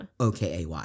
okay